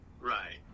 Right